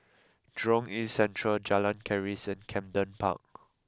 Jurong East Central Jalan Keris and Camden Park